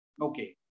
Okay